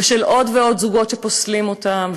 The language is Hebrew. ועוד ועוד זוגות שפוסלים אותם,